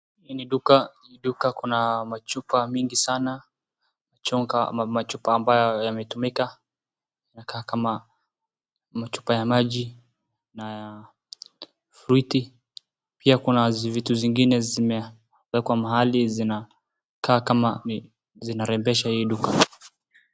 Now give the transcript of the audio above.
Duka, hii duka kuna machupa mingi sana machupa ambayo yametumika, inakaa kama machupa ya maji na fliti. Pia kuna vitu zinngine zimewekwa mahali zinakaa kama zinarembesha hii duka.